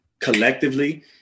collectively